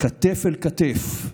כתף אל כתף.